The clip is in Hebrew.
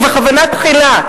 ובכוונה תחילה,